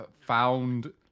found